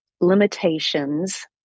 limitations